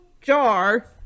jar